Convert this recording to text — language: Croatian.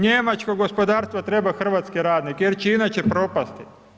Njemačko gospodarstvo treba hrvatske radnike, jer će inače propasti.